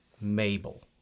Mabel